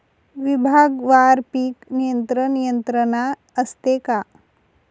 विभागवार पीक नियंत्रण यंत्रणा असते का?